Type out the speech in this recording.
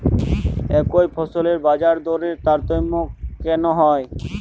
একই ফসলের বাজারদরে তারতম্য কেন হয়?